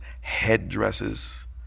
headdresses